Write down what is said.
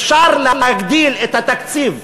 אפשר להגדיל את התקציב,